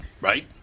right